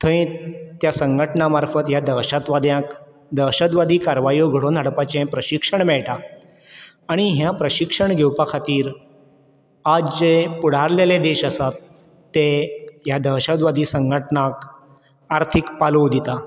थंय त्या संघटना मार्फत ह्या दहशतवाद्यांक दहशतवादी कारवायो घडोवन हाडपाचे प्रयत्न प्रशिक्षण मेयटा आनी हें प्रशिक्षण घेवपा खातीर आज जे फुडारलेले देश आसात ते ह्या दहशतवादी संघटनाक आर्थीक पालव दिता